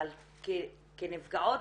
אבל כנפגעות,